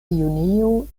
junio